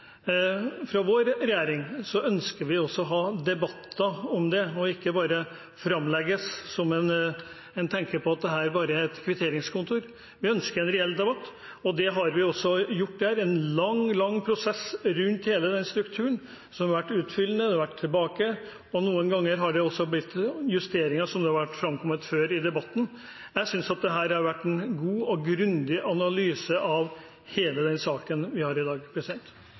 Fra vår regjering ønsker vi også å ha debatter om det, ikke bare at det framlegges som om en tenker at dette bare er et kvitteringskontor. Vi ønsker en reell debatt, og det har vi også hatt her – en lang, lang prosess rundt hele strukturen. Det har vært utfyllende, tilbake igjen, og noen ganger har det også blitt justeringer, som det har framkommet før i debatten. Jeg synes at det har vært en god og grundig analyse av hele den saken vi har i dag.